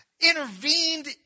intervened